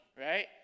right